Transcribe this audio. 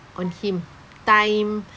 on him time